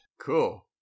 Cool